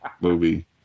movie